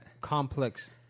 complex